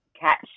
catch